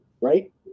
right